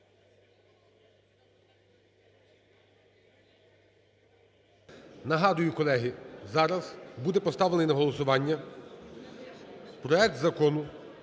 Нагадую, колеги, зараз буде поставлений на голосування проект Закону